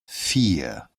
vier